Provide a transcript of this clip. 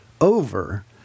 over